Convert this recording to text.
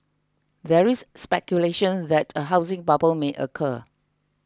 there is speculation that a housing bubble may occur